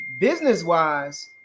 business-wise